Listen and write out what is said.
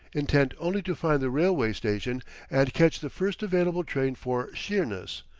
intent only to find the railway station and catch the first available train for sheerness,